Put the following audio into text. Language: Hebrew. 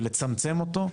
ולצמצם אותו,